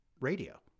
radio